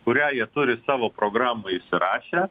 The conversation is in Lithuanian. kurią jie turi savo programoj įsirašę